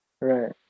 Right